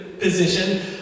position